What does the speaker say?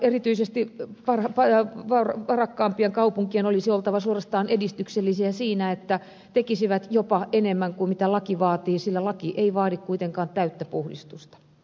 erityisesti varakkaampien kaupunkien olisi oltava suorastaan edistyksellisiä siinä että ne tekisivät jopa enemmän kuin mitä laki vaatii sillä laki ei vaadi kuitenkaan täyttä puhdistusta